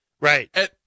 Right